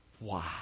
Wow